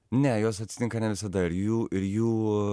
ne jos atsitinka ne visada ir jų ir jų